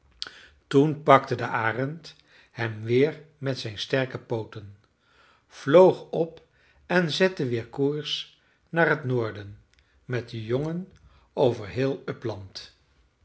toen pakte de arend hem weer met zijn sterke pooten vloog op en zette weer koers naar het noorden met den jongen over heel uppland